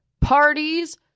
parties